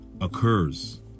occurs